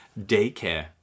daycare